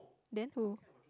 then who